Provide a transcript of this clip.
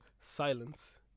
Silence